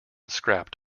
scrapped